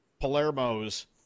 Palermo's